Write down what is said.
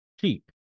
cheap